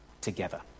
together